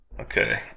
Okay